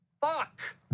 Fuck